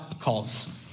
Calls